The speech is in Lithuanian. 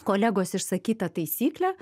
kolegos išsakytą taisyklę